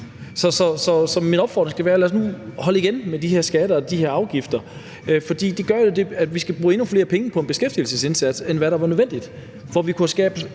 Så min opfordring skal være: Lad os nu holde igen med de her skatter og de her afgifter, fordi de gør det, at vi skal bruge endnu flere penge på en beskæftigelsesindsats, end hvad der er nødvendigt.